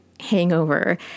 hangover